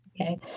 Okay